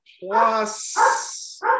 plus